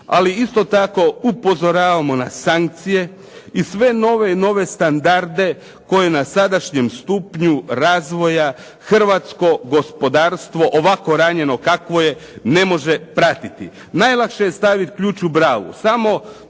Ali isto tako upozoravamo na sankcije i sve nove i nove standarde koji na sadašnjem stupnju razvoja hrvatsko gospodarstvo ovako ranjeno kakvo je ne može pratiti. Najlakše je staviti ključ u bravu,